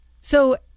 So-